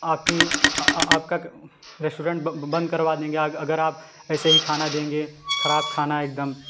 आपकी आपका रेस्टोरेंट बंद करवा देंगे अगर आप ऐसे ही खाना देंगे ख़राब खाना एकदम